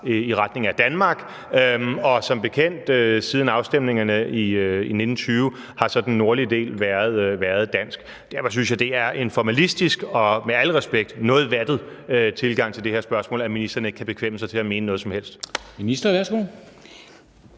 i retning af Danmark. Og siden afstemningerne i 1920 har den nordlige del så som bekendt været dansk. Derfor synes jeg, det er en formalistisk og, med al respekt, noget vattet tilgang til det her spørgsmål, at ministeren ikke kan bekvemme sig til at mene noget som helst.